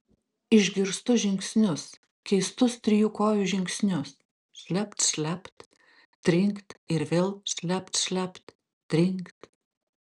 išgirstu žingsnius keistus trijų kojų žingsnius šlept šlept trinkt ir vėl šlept šlept trinkt